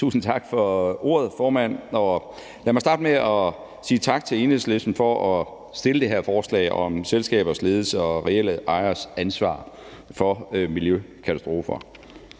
Tusind tak for ordet, formand. Lad mig starte med at sige tak til Enhedslisten for at fremsætte det her forslag om selskabers ledelse og reelle ejeres ansvar for miljøkatastrofer.